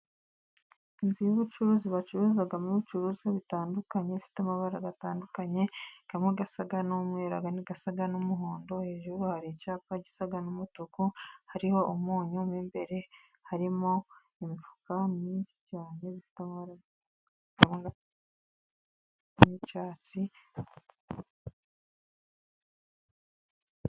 Inzu y'ubucuruzi bacuruzamo ibicuruzwa bitandukanye ifite amabara atandukanye kamwe gasa n'umweru Kandi gasa n'umuhondo hejuru hari icyapa gisa n'umutuku hariho umunyu mo imbere harimo imifuka myinshi cyane ifite amabara y'icyatsi